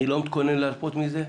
אני לא מתכונן להרפות מזה,